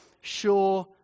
sure